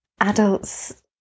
adults